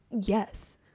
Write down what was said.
yes